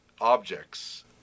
objects